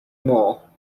more